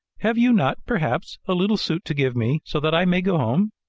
have you not, perhaps, a little suit to give me, so that i may go home?